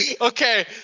Okay